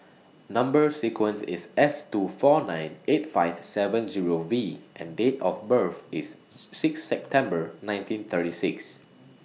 Number sequence IS S two four nine eight five seven Zero V and Date of birth IS six September nineteen thirty six